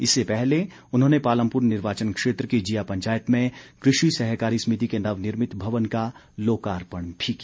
इससे पहले उन्होंने पालमपुर निर्वाचन क्षेत्र की जिया पंचायत में कृषि सहकारी समिति के नवनिर्मित भवन का लोकार्पण भी किया